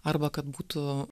arba kad būtų